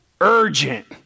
URGENT